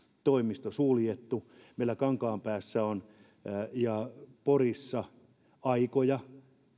toimisto suljettu meillä kankaanpäässä ja porissa on aikoja